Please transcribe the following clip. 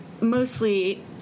mostly